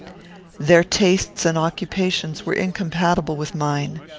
their tastes and occupations were incompatible with mine.